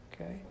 Okay